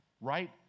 right